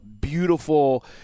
beautiful